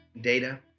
data